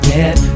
Get